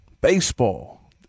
baseball